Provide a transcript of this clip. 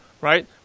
Right